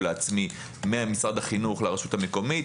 משאבים שהיו מועברים במסגרת הניהול העצמי ממשרד החינוך לרשות המקומית,